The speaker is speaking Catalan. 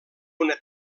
una